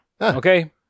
Okay